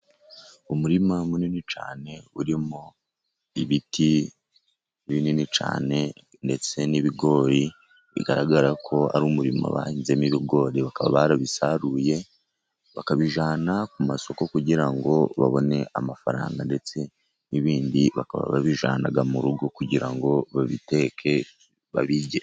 Umurima munini cyane ,urimo ibiti binini cyane, ndetse n'ibigori bigaragara ko ari umurima bahinzemo ibigori, bakaba barabisaruye bakabijyana ku masoko ,kugira ngo babone amafaranga, ndetse n'ibindi bakaba babijyana mu rugo kugira ngo babiteke babirye.